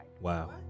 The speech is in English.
Wow